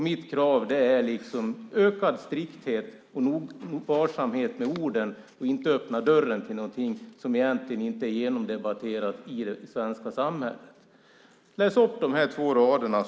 Mitt krav är ökad strikthet och varsamhet med orden och att man inte öppnar dörren för något som inte är genomdebatterat i det svenska samhället. Läs upp de här två raderna så är jag nöjd sedan.